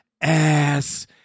ass